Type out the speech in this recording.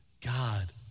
God